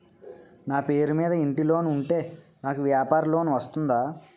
నా పేరు మీద ఇంటి లోన్ ఉంటే నాకు వ్యాపార లోన్ వస్తుందా?